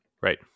Right